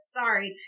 sorry